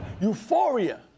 Euphoria